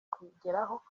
kubigeraho